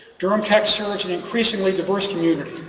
durham tech's serves an increasingly diverse community.